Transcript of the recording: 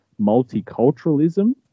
multiculturalism